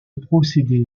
procédé